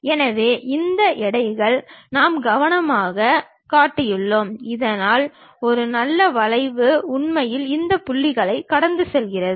எனவே இந்த எடைகள் நாம் கவனமாகக் காட்டியுள்ளோம் இதனால் ஒரு நல்ல வளைவு உண்மையில் இந்த புள்ளிகளைக் கடந்து செல்கிறது